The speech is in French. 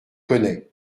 connais